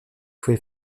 faut